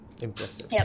impressive